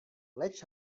leč